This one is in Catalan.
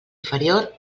inferior